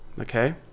okay